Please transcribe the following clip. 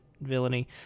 villainy